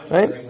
Right